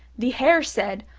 the hare said,